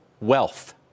wealth